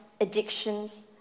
addictions